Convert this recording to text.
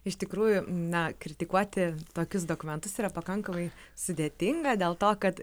iš tikrųjų na kritikuoti tokius dokumentus yra pakankamai sudėtinga dėl to kad